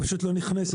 היא פשוט לא נכנסת.